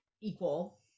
equal